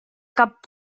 cap